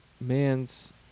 man's